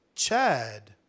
chad